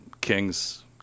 King's